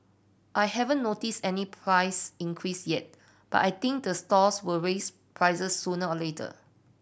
I haven't notice any price increase yet but I think the stalls will raise prices sooner or later